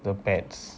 the pads